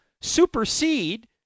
supersede